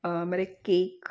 અમારે એક કેક